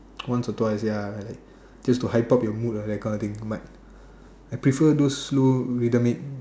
once or twice ya just to hype up your mood that kind of thing but I prefer those slow rhythmic